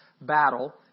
battle